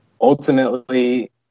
Ultimately